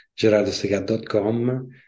gerardosegat.com